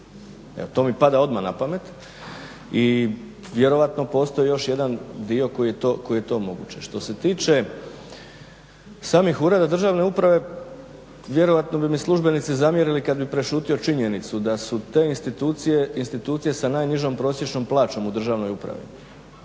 To mi pada odmah na pamet i vjerojatno postoji još jedan dio koji je to …. Što se tiče samih ureda državne uprave, vjerojatno bi mi službenici zamjerili kad bih prešutio činjenicu da su te institucije, institucije sa najnižom prosječnom plaćom u cijeloj državnoj upravi,